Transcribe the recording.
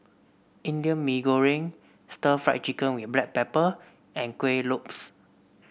Indian Mee Goreng stir Fry Chicken with Black Pepper and Kueh Lopes